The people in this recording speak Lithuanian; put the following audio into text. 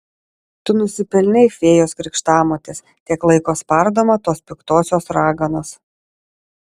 tu nusipelnei fėjos krikštamotės tiek laiko spardoma tos piktosios raganos